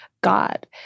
God